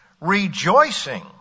rejoicing